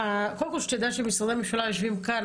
איפה המשרד להגנת הסביבה כאן?